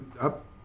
up